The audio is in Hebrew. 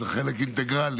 זה חלק אינטגרלי.